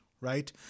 right